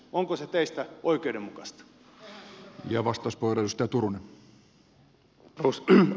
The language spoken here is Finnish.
onko se teistä oikeudenmukaista